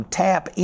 tap